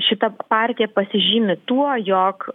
šita partija pasižymi tuo jog